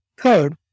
Third